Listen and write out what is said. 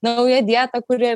nauja dieta kuri